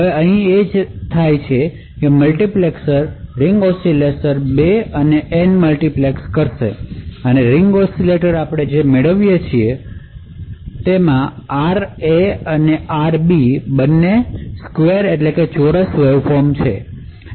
હવે અહીં જે થાય છે તે છે કે મલ્ટિપ્લેક્સર રીંગ ઓસિલેટર 2 અને N મલ્ટીપ્લેક્સ કરશે અને રીંગ ઓસિલેટર આપણે જે મેળવીએ છીએ તે આરએ અને આરબી બંને ચોરસ વેવફોર્મ છે